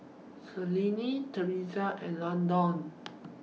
Selene and Landon